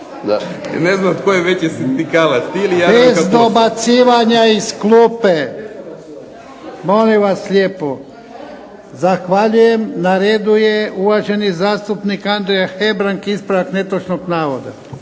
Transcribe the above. ne znam tko je veći sindikalac, ti ili Jadranka Kosor. **Jarnjak, Ivan (HDZ)** Bez dobacivanja iz klupe. Molim vas lijepo! Zahvaljujem. Na redu je uvaženi zastupnik Andrija Hebrang, ispravak netočnog navoda.